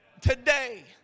today